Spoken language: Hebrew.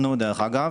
דרך אגב,